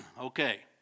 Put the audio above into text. Okay